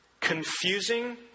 confusing